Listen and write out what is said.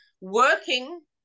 working